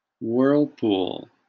Whirlpool